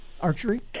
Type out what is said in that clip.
Archery